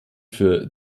für